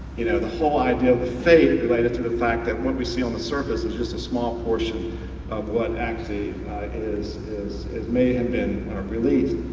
you know the whole idea of of fate related to the fact that what we see on the surface is just a small portion of what actually is or may have been released.